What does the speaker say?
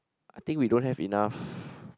I think we don't have enough